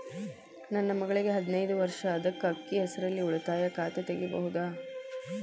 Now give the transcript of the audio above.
ನನ್ನ ಮಗಳಿಗೆ ಹದಿನೈದು ವರ್ಷ ಅದ ಅಕ್ಕಿ ಹೆಸರಲ್ಲೇ ಉಳಿತಾಯ ಖಾತೆ ತೆಗೆಯಬಹುದಾ?